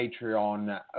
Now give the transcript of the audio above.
Patreon